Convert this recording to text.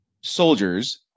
soldiers